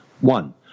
One